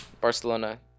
Barcelona